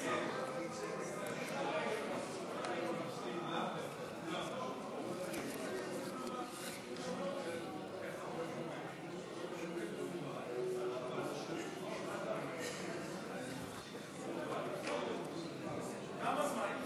כמה זמן,